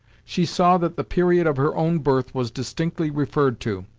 she saw that the period of her own birth was distinctly referred to,